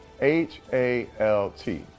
H-A-L-T